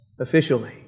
officially